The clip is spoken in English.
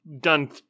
done